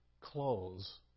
clothes